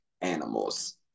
animals